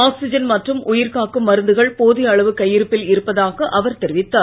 oxygen மற்றும் உயிர் காக்கும் மருந்துகள் போதிய அளவு கையிருப்பில் இருப்பதாக அவர் தெரிவித்தார்